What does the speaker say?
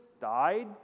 died